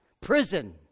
Prison